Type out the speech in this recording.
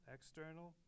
External